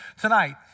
tonight